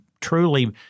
truly